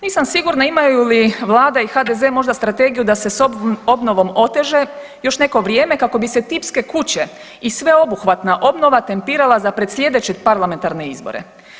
Nisam sigurna imaju li Vlada i HDZ možda strategiju da se s obnovom oteže još neko vrijeme kako bi se tipske kuće i sveobuhvatna obnova tempirala za pred sljedeće parlamentarne izbore.